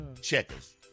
checkers